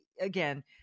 again